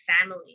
family